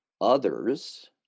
others